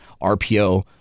RPO